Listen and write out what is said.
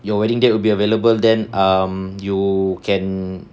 your wedding date will be available then um you can